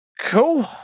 Cool